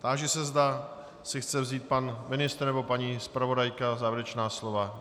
Táži se, zda si chce vzít pan ministr nebo paní zpravodajka závěrečná slova.